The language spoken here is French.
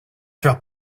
faire